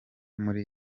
muri